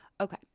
Okay